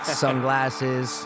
sunglasses